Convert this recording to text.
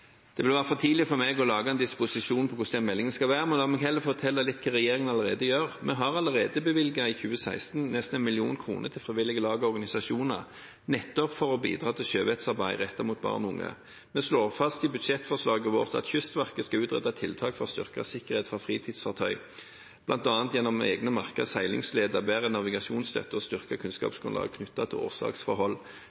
Det vil være for tidlig for meg å lage en disposisjon over hvordan den meldingen skal være, men la meg heller fortelle litt om hva regjeringen allerede gjør. Vi har allerede i 2016 bevilget nesten 1 mill. kr til frivillige lag og organisasjoner, nettopp for å bidra til sjøvettarbeid rettet mot barn og unge. Vi slår fast i budsjettforslaget vårt at Kystverket skal utrede tiltak for å styrke sikkerheten for fritidsfartøy, bl.a. gjennom egne merkede seilingsleder, bedre navigasjonsstøtte og